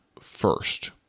first